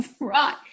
Right